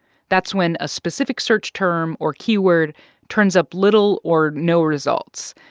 that's when a specific search term or keyword turns up little or no results,